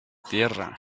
tierra